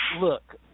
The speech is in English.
look